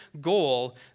goal